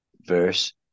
verse